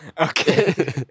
Okay